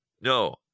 No